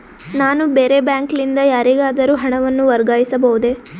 ನಾನು ಬೇರೆ ಬ್ಯಾಂಕ್ ಲಿಂದ ಯಾರಿಗಾದರೂ ಹಣವನ್ನು ವರ್ಗಾಯಿಸಬಹುದೇ?